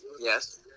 Yes